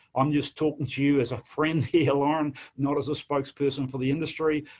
i'm just talking to you as a friend here, lauren, not as a spokesperson for the industry.